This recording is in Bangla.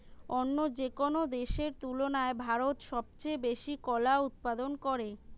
অন্য যেকোনো দেশের তুলনায় ভারত সবচেয়ে বেশি কলা উৎপাদন করে